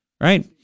right